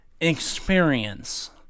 experience